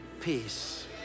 peace